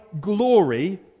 glory